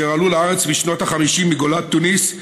אשר עלו לארץ בשנות ה-50 מגולת תוניס,